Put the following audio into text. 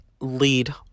lead